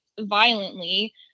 violently